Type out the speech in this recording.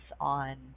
on